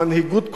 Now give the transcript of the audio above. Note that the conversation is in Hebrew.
המנהיגות כושלת,